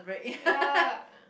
ya